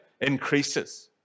increases